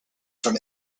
from